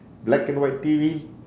black and white T_V